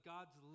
God's